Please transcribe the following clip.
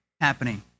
happening